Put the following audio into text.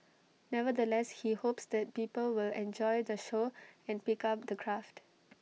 nevertheless he hopes that people will enjoy the show and pick up the craft